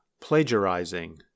plagiarizing